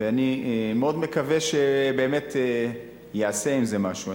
ואני מאוד מקווה שייעשה עם זה משהו.